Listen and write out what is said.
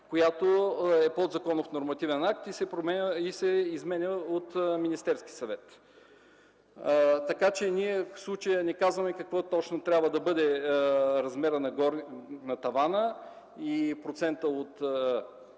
която е подзаконов нормативен акт и се изменя от Министерския съвет. В случая не казваме какъв точно трябва да бъде размерът на тавана и процентът от